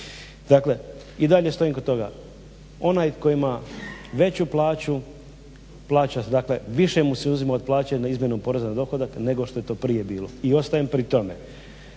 i dalje stojim kod toga. Onaj koji ima veću plaću plaća dakle, više mu se uzima od plaće izmjenom poreza na dohodak nego što je to prije bilo. I ostajem pri tome.